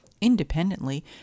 Independently